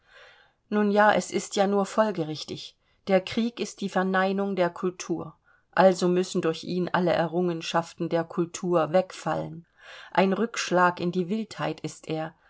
nun ja es ist ja nur folgerichtig der krieg ist die verneinung der kultur also müssen durch ihn alle errungenschaften der kultur wegfallen ein rückschlag in die wildheit ist er